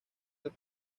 del